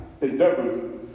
endeavors